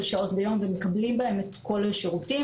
שעות ביום ומקבלים בהם את כל השירותים.